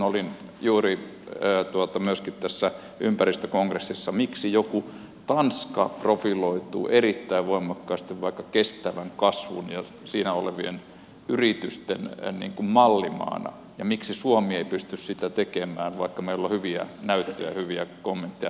olin juuri ympäristökongressissa miksi joku tanska profiloituu erittäin voimakkaasti vaikka kestävän kasvun ja siinä olevien yritysten mallimaana ja miksi suomi ei pysty sitä tekemään vaikka meillä on hyviä näyttöjä hyviä kommentteja